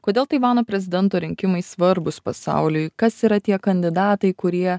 kodėl taivano prezidento rinkimai svarbūs pasauliui kas yra tie kandidatai kurie